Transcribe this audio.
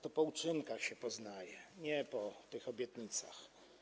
To po uczynkach się poznaje, nie po tych obietnicach.